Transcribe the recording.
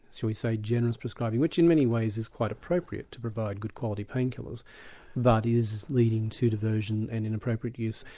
shall we say, generous prescribing which in many ways is quite appropriate to provide good quality pain killers but is is leading to diversion and inappropriate use.